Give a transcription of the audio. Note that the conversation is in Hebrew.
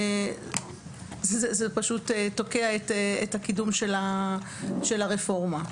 זה תוקע את הקידום של הרפורמה.